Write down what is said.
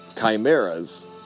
chimeras